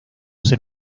ser